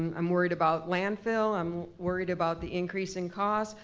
i'm worried about landfill, i'm worried about the increase in cost,